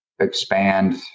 Expand